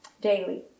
daily